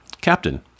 Captain